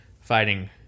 fighting